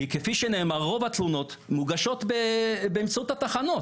כפי שנאמר, רוב התלונות מוגשות באמצעות התחנות.